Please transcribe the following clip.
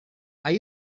are